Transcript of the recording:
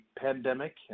pandemic